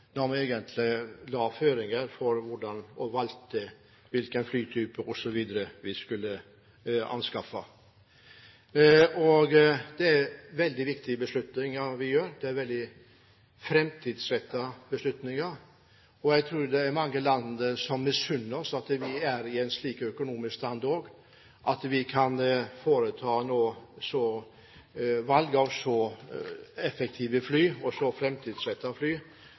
da vi egentlig la føringene for og valgte hvilken flytype osv. vi skulle anskaffe. Det er veldig viktige beslutninger vi gjør, det er veldig fremtidsrettede beslutninger. Jeg tror det er mange land som misunner oss, at vi er i stand til økonomisk å kunne foreta valg av så effektive og så fremtidsrettede fly